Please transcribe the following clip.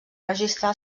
registrar